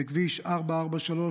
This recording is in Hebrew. בכביש 443,